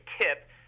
tip